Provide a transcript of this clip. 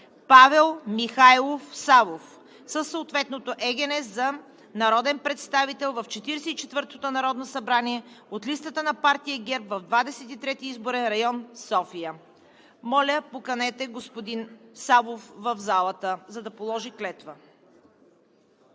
Павел Михайлов Савов, ЕГН…, за народен представител в 44-то Народно събрание от листата на партия ГЕРБ в Двадесет и трети изборен район – София.“ Моля, поканете господин Савов в залата, за да положи клетва.